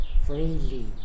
freely